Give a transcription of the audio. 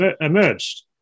emerged